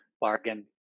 bargain